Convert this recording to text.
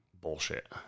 Bullshit